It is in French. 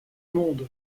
monde